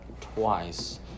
twice